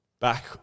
back